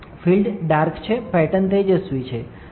field dark છે pattern તેજસ્વી છે